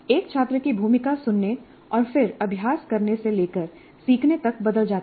एक छात्र की भूमिका सुनने और फिर अभ्यास करने से लेकर सीखने तक बदल जाती है